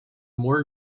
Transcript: more